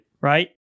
Right